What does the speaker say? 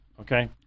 okay